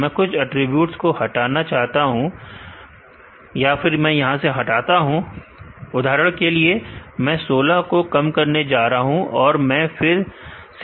मैं कुछ अटरीब्यूट्स को हटाता हूं उधर के लिए मैं 16 को कम करने जा रहा हूं और मैं फिर से मॉडल को चलाता हूं